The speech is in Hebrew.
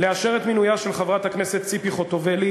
לאשר את מינויה של חברת הכנסת ציפי חוטובלי,